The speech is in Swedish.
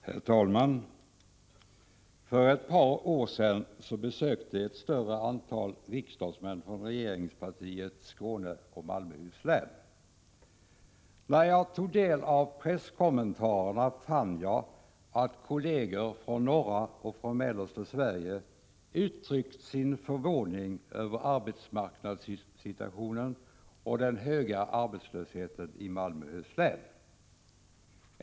Herr talman! För ett par år sedan besökte ett större antal riksdagsledamöter från regeringspartiet Skåne och Malmöhus län. När jag tog del av presskommentarerna fann jag att kolleger från norra och mellersta Sverige uttryckte sin förvåning över arbetsmarknadssituationen och den höga arbetslösheten i Malmöhus län.